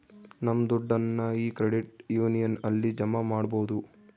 ನಮ್ ದುಡ್ಡನ್ನ ಈ ಕ್ರೆಡಿಟ್ ಯೂನಿಯನ್ ಅಲ್ಲಿ ಜಮಾ ಮಾಡ್ಬೋದು